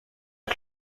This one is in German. hat